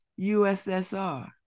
USSR